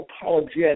apologetic